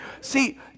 See